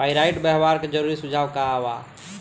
Pyrite व्यवहार के जरूरी सुझाव का वा?